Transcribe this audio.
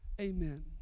Amen